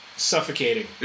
Suffocating